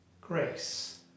Grace